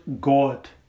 God